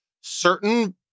certain